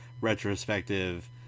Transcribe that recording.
retrospective